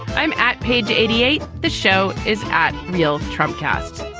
i'm at page eighty eight. the show is at real trump cast.